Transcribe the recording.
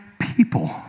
people